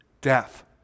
death